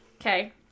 Okay